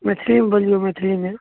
मैथिलीमे बोलियौ मैथिलीमे